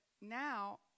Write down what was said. now